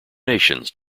nations